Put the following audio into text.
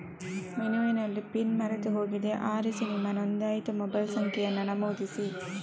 ಮೆನುವಿನಲ್ಲಿ ಪಿನ್ ಮರೆತು ಹೋಗಿದೆ ಆರಿಸಿ ನಿಮ್ಮ ನೋಂದಾಯಿತ ಮೊಬೈಲ್ ಸಂಖ್ಯೆಯನ್ನ ನಮೂದಿಸಿ